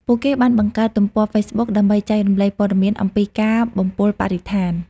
ពួកគេបានបង្កើតទំព័រហ្វេសបុក ដើម្បីចែករំលែកព័ត៌មានអំពីការបំពុលបរិស្ថាន។